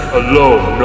alone